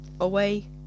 away